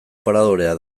paradorea